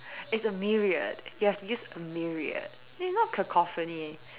it's a myriad you have to use a myriad it's not cacophony